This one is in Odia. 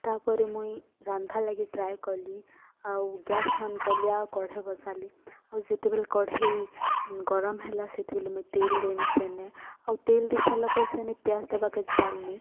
ତା'ପରେ ମୁଇଁ ରାନ୍ଧ୍ବା ଲାଗି ଟ୍ରାଏ କଲି ଆଉ ଗ୍ୟାସ୍ ଅନ୍ କଲି ଆଉ କଢ଼େଇ ବସାଲି ଆଉ ଯେତେବେଲେ କଢ଼େଇ ଗରମ ହେଲା ସେତେବେଲେ ମୁଇଁ ତେଲ୍ ଦେନି ସେନେ ଆଉ ତେଲ ଦେଇ ସାରଲା ପର୍ ସେନେ ପିଆଜ୍ ଦେବା କାଜି ଡାଲ୍ନି